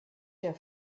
der